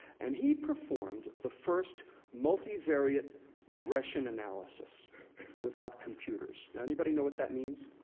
and he performed the first multivariate regression analysis without computers. now, anybody know what that means?